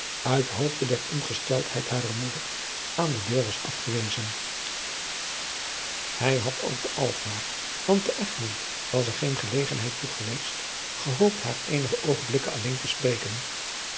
uit hoofde der ongesteldheid harer moeder aan de deur was afgewezen hij had ook te alkmaar want te egmond was er geen gelegenheid toe geweest gehoopt haar eenige oogenblikken alleen te spreken